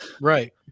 Right